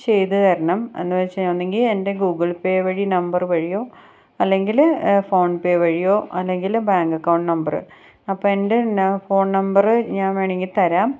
ചെയ്തു തരണം എന്ന വച്ചാണെങ്കിൽ എൻ്റെ ഗൂഗിൾ പേ വഴി നമ്പര് വഴിയോ അല്ലെങ്കില് ഫോൺ പേ വഴിയോ അല്ലെങ്കില് ബാങ്ക് അക്കൗണ്ട് നമ്പര് അപ്പോള് എൻ്റെ ന ഫോൺ നമ്പര് ഞാൻ വേണമെങ്കിൽ തരാം